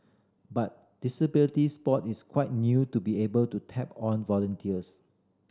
but disability sport is quite new to be able to tap on volunteers